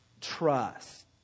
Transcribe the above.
trust